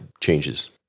changes